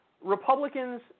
Republicans